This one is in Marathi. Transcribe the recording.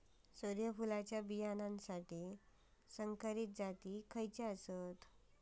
सूर्यफुलाच्या बियानासाठी संकरित जाती खयले?